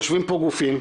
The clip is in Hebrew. יושבים פה גופים,